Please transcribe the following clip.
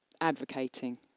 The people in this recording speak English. advocating